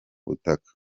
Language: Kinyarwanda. butaka